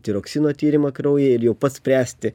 tiroksino tyrimą kraujyje ir jau pats spręsti